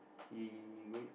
he going